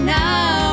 now